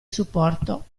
supporto